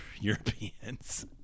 Europeans